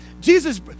Jesus